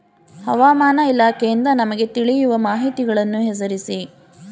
ಹವಾಮಾನ ಇಲಾಖೆಯಿಂದ ನಮಗೆ ತಿಳಿಯುವ ಮಾಹಿತಿಗಳನ್ನು ಹೆಸರಿಸಿ?